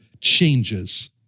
changes